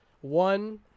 One